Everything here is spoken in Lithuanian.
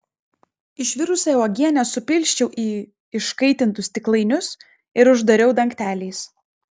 išvirusią uogienę supilsčiau į iškaitintus stiklainius ir uždariau dangteliais